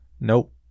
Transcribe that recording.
Nope